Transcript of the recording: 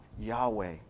Yahweh